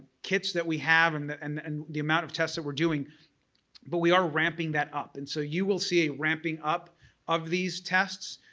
kits that we have and and and the amount of tests that we're doing but we are ramping that up and so you will see a ramping up of these tests.